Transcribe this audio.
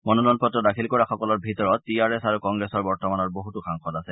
মনোনয়ন পত্ৰ দাখিল কৰা সকলৰ ভিতৰত টি আৰ এছ আৰু কংগ্ৰেছৰ বৰ্তমানৰ বছতো সাংসদ আছে